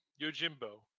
Yojimbo